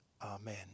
Amen